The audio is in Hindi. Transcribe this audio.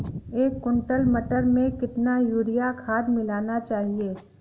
एक कुंटल मटर में कितना यूरिया खाद मिलाना चाहिए?